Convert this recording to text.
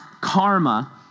karma